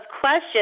questions